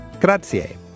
Grazie